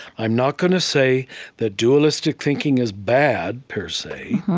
i'm not going to say that dualistic thinking is bad, per se,